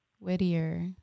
Whittier